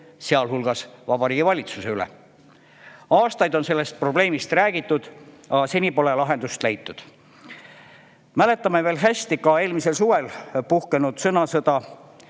täitevvõimu, Vabariigi Valitsuse üle. Aastaid on sellest probleemist räägitud, aga seni pole lahendust leitud. Mäletame veel hästi eelmisel suvel puhkenud sõnasõda